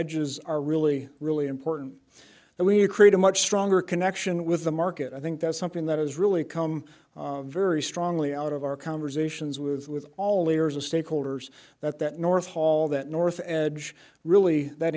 edges are really really important that we create a much stronger connection with the market i think that's something that has really come very strongly out of our conversations with all layers of stakeholders that that north hall that north edge really that